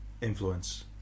influence